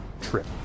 trip